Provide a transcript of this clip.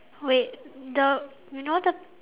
wait the you know the